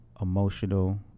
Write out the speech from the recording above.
emotional